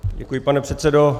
Děkuji, pane předsedo.